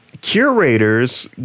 curators